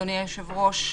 אדוני היושב-ראש,